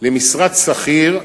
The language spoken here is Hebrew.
למשרת שכיר,